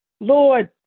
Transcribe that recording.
Lord